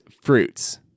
fruits